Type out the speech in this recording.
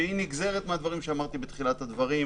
שהיא נגזרת מהדברים שאמרתי בהתחלה,